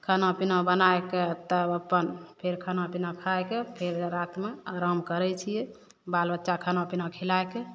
खाना पीना बनायके तब अपन फेर खाना पीना खाइके फेर रातिमे आराम करय छियै बाल बच्चा खाना पीना खिलायके